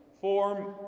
form